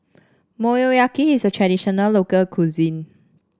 Motoyaki is a traditional local cuisine